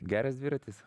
geras dviratis